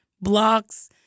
blocks